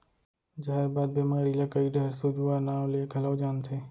जहरबाद बेमारी ल कइ डहर सूजवा नांव ले घलौ जानथें